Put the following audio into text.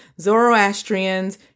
Zoroastrians